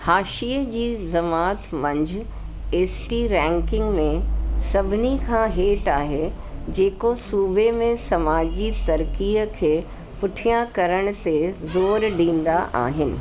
हाशिये जी ज़मात मंझि एसटी रैंकिंग में सभिनी खां हेठि आहे जेको सूबे में समाजी तरकीअ खे पुठियां करण ते ज़ोर ॾींदा आहिनि